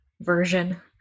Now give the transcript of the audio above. version